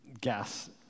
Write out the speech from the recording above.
Gas